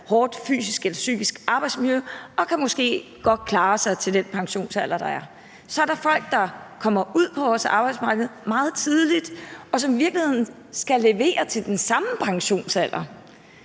hårdt fysisk eller psykisk arbejdsmiljø, og de kan måske godt klare sig til den pensionsalder, der er. Så er der folk, der kommer meget tidligt ud på vores arbejdsmarked, og som i virkeligheden skal levere til den samme pensionsalder.